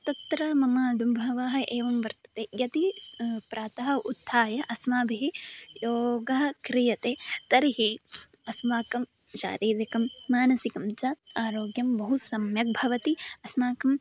तत्र मम औडुम्बरः एवं वर्तते यदि श् प्रातः उत्थाय अस्माभिः योगः क्रियते तर्हि अस्माकं शारीरिकं मानसिकं च आरोग्यं बहु सम्यक् भवति अस्माकम्